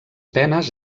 penes